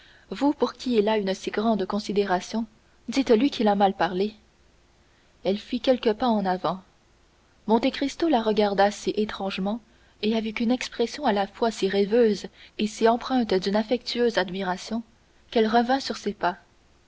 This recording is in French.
vous pour qui il a une si grande considération dites-lui qu'il a mal parlé elle fit quelques pas en avant monte cristo la regarda si étrangement et avec une expression à la fois si rêveuse et si empreinte d'une affectueuse admiration qu'elle revint sur ses pas